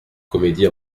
comédie